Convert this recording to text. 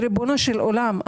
ריבונו של עולם.